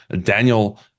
Daniel